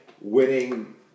winning